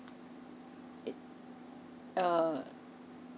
it err